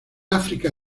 áfrica